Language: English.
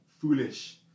foolish